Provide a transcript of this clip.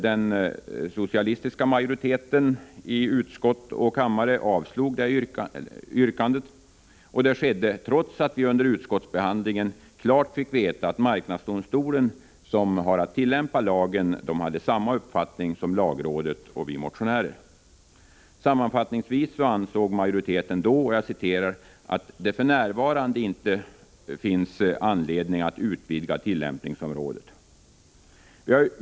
Den socialistiska majoriteten i utskott och kammare avslog detta yrkande. Det skedde trots att vi under utskottsbehandlingen klart fick veta att marknadsdomstolen, som har att tillämpa lagen, hade samma uppfattning som lagrådet och vi motionärer. Sammanfattningsvis ansåg majoriteten då att ”det inte för närvarande finns anledning att utvidga tillämpningsområdet”.